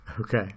Okay